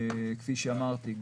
כפי שאמרתי,